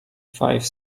five